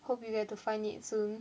hope you get to find it soon